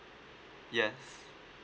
yes